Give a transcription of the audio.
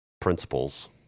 principles